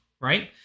right